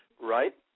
right